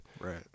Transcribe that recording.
Right